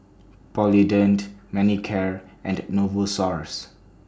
Polident Manicare and Novosource